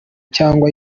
cyangwa